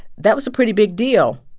that was a pretty big deal,